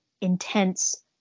intense